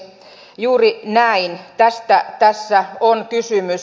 juuri näin tästä tässä on kysymys